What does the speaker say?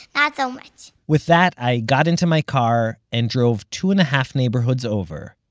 not so much with that, i got into my car, and drove two-and-a-half neighborhoods over,